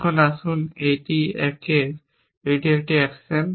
এখন আসুন এই 1 এ এটি একটি অ্যাকশন